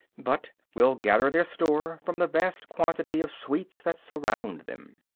but will gather their store from the vast quantity of sweets that surround them.